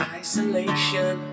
isolation